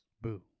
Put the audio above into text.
Boo